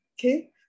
Okay